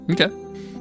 okay